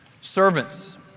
servants